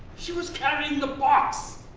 she was carrying the box.